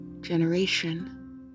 Generation